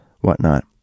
whatnot